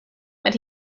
but